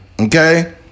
Okay